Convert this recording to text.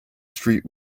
street